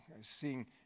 seeing